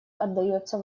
отдается